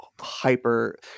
hyper